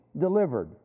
Delivered